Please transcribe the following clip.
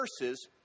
verses